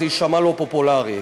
זה יישמע לא פופולרי.